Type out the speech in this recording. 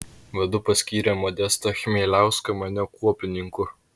vadu paskyrė modestą chmieliauską mane kuopininku